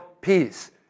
peace